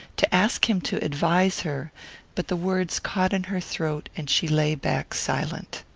to ask him to advise her but the words caught in her throat and she lay back silent.